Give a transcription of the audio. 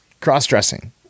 cross-dressing